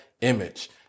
image